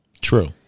True